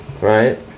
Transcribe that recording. Right